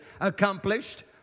accomplished